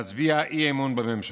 להצביע אי-אמון בממשלה.